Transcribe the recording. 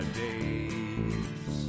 days